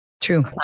True